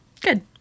Good